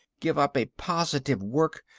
give up a positive work,